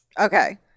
Okay